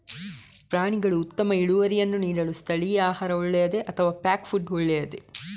ಪ್ರಾಣಿಗಳು ಉತ್ತಮ ಇಳುವರಿಯನ್ನು ನೀಡಲು ಸ್ಥಳೀಯ ಆಹಾರ ಒಳ್ಳೆಯದೇ ಅಥವಾ ಪ್ಯಾಕ್ ಫುಡ್ ಒಳ್ಳೆಯದೇ?